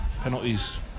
penalties